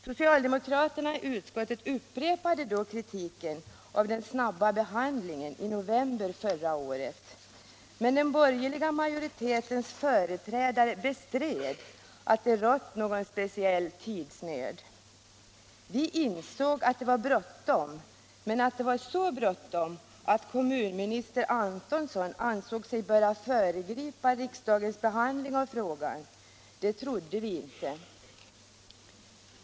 Socialdemokraterna i utskottet upprepade då kritiken av den snabba behandlingen i november förra året, men den borgerliga majoritetens företrädare bestred att det rått någon speciell tidsnöd. Vi insåg att det var bråttom — men att det var så bråttom att kommunminister Antonsson ansåg sig böra föregripa riksdagens behandling av frågan, det trodde vi inte.